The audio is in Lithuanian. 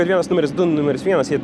kad vienas numeris du numeris vienas jie